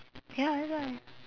ya that's why